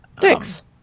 thanks